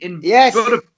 Yes